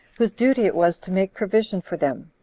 whose duty it was to make provision for them,